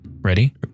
Ready